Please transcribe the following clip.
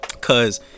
Cause